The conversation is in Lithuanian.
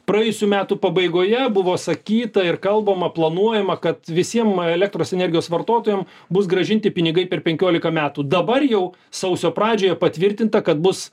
praėjusių metų pabaigoje buvo sakyta ir kalbama planuojama kad visiem elektros energijos vartotojam bus grąžinti pinigai per penkioliką metų dabar jau sausio pradžioje patvirtinta kad bus